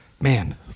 Man